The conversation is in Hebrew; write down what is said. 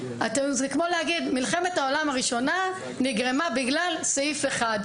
זה כמו להגיד: מלחמת העולם הראשונה נגרמה בגלל סעיף אחד.